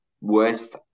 worst